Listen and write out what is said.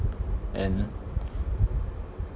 and